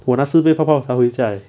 我拿四杯泡泡茶回家里